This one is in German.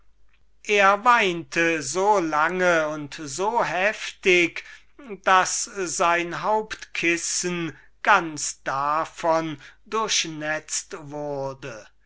er weinte so lange und so heftig daß sein hauptküssen ganz davon durchnetzt wurde